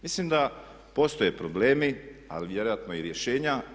Mislim da postoje problemi, a vjerojatno i rješenja.